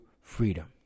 freedom